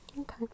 okay